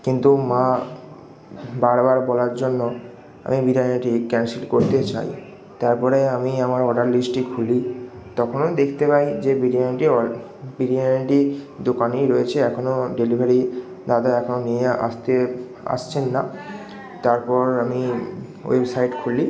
কিন্তু মা বারবার বলার জন্য আমি বিরিয়ানিটি ক্যানসেল করতে চাই তারপরে আমি আমার অর্ডার লিস্টটি খুলি তখনই দেখতে পাই যে বিরিয়ানিটির অড বিরিয়ানিটি দোকানেই রয়েছে এখনও ডেলিভারি দাদা এখনও নিয়ে আসতে আসছেন না তারপর আমি ওয়েব ওয়েবসাইট খুলি